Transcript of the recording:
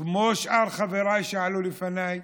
כמו שאר חבריי שעלו לפניי